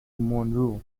monroe